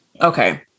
Okay